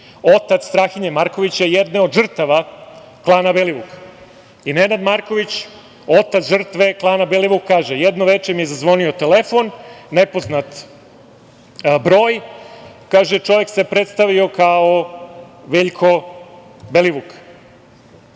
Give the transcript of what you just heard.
otac Strahinje Markovića, jedne od žrtava klana Belivuk. Nenad Marković, otac žrtva klana Belivuk kaže: „Jedno veče mi je zazvonio telefon, nepoznat broj.“ Kaže: „Čovek se predstavio kao Veljko Belivuk.